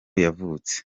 yavutse